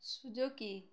Suzuki